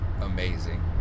amazing